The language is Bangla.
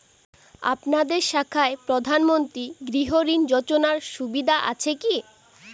আপনাদের শাখায় প্রধানমন্ত্রী গৃহ ঋণ যোজনার সুবিধা আছে কি?